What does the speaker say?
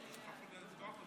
איך נותנים לך להיות